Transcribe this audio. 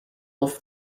off